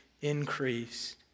increase